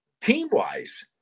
team-wise